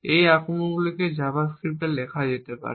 এই আক্রমণগুলিকে জাভাস্ক্রিপ্টে লেখা যেতে পারে